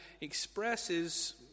expresses